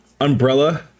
umbrella